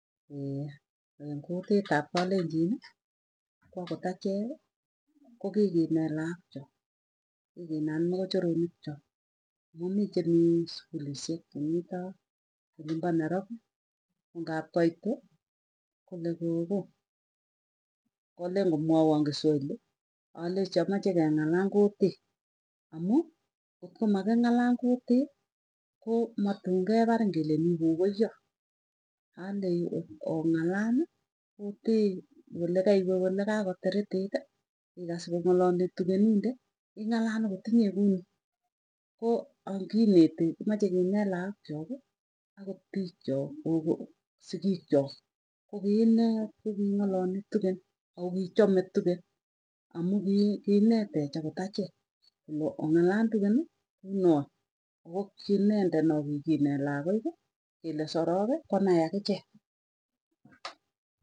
eng kutit ap kalenjin ko akot achee ko kikinet laak chook kikinam mokochoronikcho amuu mii chemii sukulisiek, chemito olimpo nairobi. Ko ngap koiti, kole kogo kokalen komwaiwo kiswahili alechi amache keng'alal kutii. Amu kotko making'al kutii koo matunkeparin kelen ikokoyot, andei ong'alali kutii olekaiwe olekakotirititii, ikas kong'alali tugeninde ing'alal akot inye, kuni koo ang kineti meche kinet lagook chaki akot piik chok kogo sigik chok. Kogiinee koking'alali tugen, ako kichame tugen amu kiinetech akot ache kole ong'alal tugen kunoe okochinende nakikinet lakoik, kele soroki konai akichek.